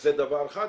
זה דבר אחד.